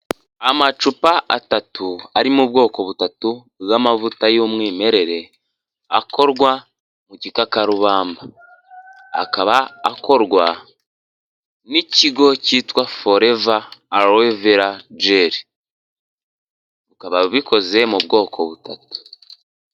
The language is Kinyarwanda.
Amacupa atatu ari mu bwoko butatu bw'amavuta y'umwimerere akorwa mu gikakarubamba, akaba akorwa n'ikigo cyitwa foreva aro vira jeri, bikaba bikoze mu bwoko butatu.